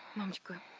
moscow.